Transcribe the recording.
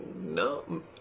no